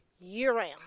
year-round